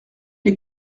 les